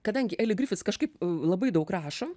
kadangi eli grifits kažkaip labai daug rašo